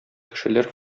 кешеләр